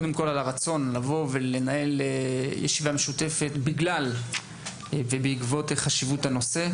הרצון לבוא ולנהל ישיבה משותפת בגלל חשיבות הנושא.